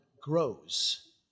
grows